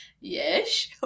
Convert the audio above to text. Yes